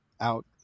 out